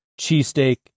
cheesesteak